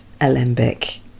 alembic